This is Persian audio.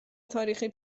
تاریخی